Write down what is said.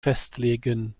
festlegen